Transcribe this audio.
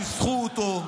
כיסחו אותו,